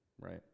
right